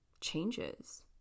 changes